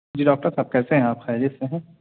جی doctor صاحب کیسے ہیں آپ خیریت سے ہیں